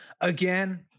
Again